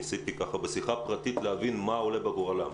ניסיתי להבין מה עולה בגורלם,